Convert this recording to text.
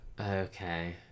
Okay